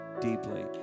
deeply